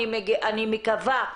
אני מקווה,